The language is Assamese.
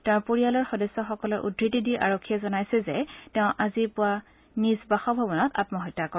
তেওঁৰ পৰিয়ালৰ সদস্যসকলৰ উদ্ধৃতি দি আৰক্ষীয়ে জনাইছে যে তেওঁ আজি পুৱা নিজ বাসভৱনত আম্মহত্যা কৰে